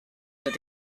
that